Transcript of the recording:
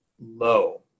low